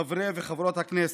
חברי וחברות הכנסת,